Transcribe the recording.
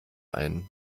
ein